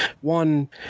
one